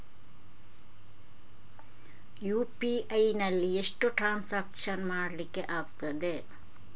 UPI ನಲ್ಲಿ ಎಷ್ಟು transaction ಮಾಡ್ಲಿಕ್ಕೆ ಆಗ್ತದೆ?